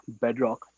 bedrock